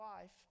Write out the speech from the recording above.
life